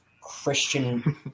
Christian